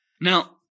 Now